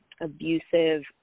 abusive